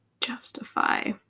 justify